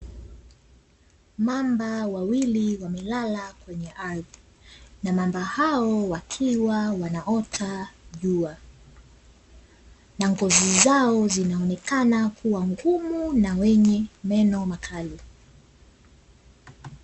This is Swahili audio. Mamba wawili wamelala kwenye ardhi na mamba hao, wakiwa wanaota jua na ngozi zao zinaonekana kuwa ngumu na wenye meno makali.